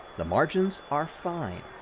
the margins are fine.